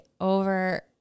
over-